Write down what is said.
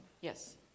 Yes